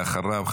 ואחריו,